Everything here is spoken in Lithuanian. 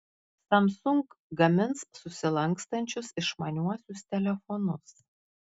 samsung gamins susilankstančius išmaniuosius telefonus